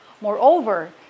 Moreover